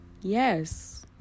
Yes